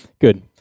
Good